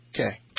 Okay